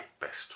Best